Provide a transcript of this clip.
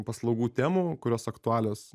paslaugų temų kurios aktualios